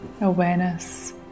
awareness